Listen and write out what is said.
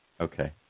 Okay